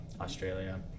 Australia